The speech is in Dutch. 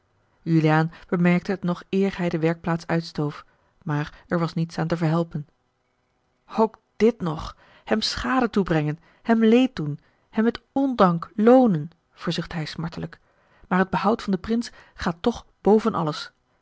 juliaan bemerkte het nog eer hij de werkplaats uitstoof maar er was niets aan te verhelpen ook dit nog hem schade toebrengen hem leed doen hem met ondank loonen verzuchtte hij smartelijk maar het behoud van den prins gaat toch boven alles